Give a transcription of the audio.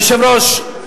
היושב-ראש,